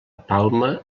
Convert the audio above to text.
palma